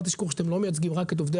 אל תשכחו שאתם לא מייצגים רק את עובדי